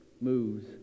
moves